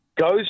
Goes